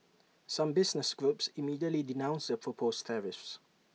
some business groups immediately denounced the proposed tariffs